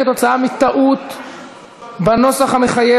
בשל טעות בנוסח המחייב,